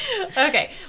Okay